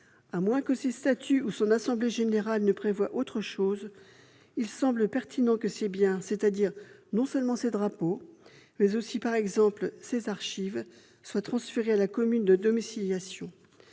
à moins que ses statuts ou son assemblée générale ne prévoient autre chose, il semble pertinent que ses biens-non seulement ses drapeaux, mais aussi, par exemple, ses archives-soient transférés à la commune de domiciliation.